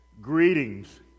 Greetings